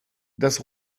das